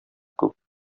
күп